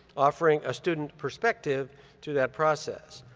offering a student perspective to that process.